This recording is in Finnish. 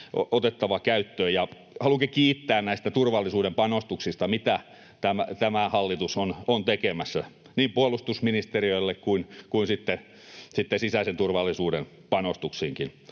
otettava käyttöön. Haluankin kiittää näistä turvallisuuden panostuksista, mitä tämä hallitus on tekemässä, niin puolustusministeriölle kuin sitten sisäisen turvallisuuden panostuksiinkin.